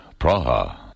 Praha